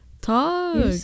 Talk